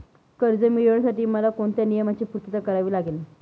कर्ज मिळविण्यासाठी मला कोणत्या नियमांची पूर्तता करावी लागेल?